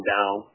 Down